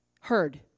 heard